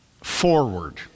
forward